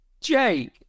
Jake